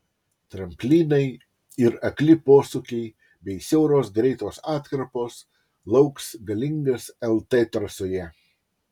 tramplynai ir akli posūkiai bei siauros greitos atkarpos lauks galingas lt trasoje